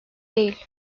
değil